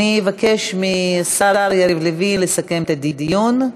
אבקש מהשר יריב לוין לסכם את הדיון,